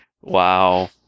Wow